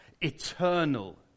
eternal